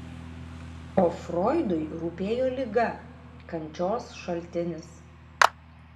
o froidui rūpėjo liga kančios šaltinis